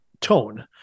tone